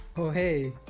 oh hey,